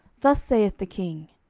thus saith the king,